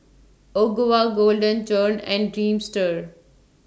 Ogawa Golden Churn and Dreamster